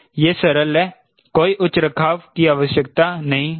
यह सरल है कोई उच्च रखरखाव की आवश्यकता नहीं है